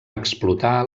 explotar